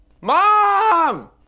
Mom